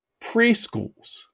preschools